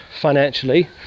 financially